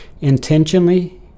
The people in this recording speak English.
intentionally